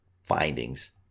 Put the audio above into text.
findings